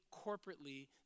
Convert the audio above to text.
corporately